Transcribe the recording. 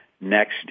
next